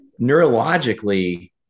neurologically